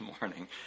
morning